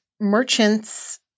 merchants